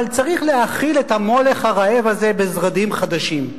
אבל צריך להאכיל את המולך הרעב הזה בזרדים חדשים.